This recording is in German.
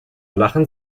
lachen